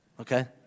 Okay